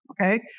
okay